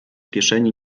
kieszeni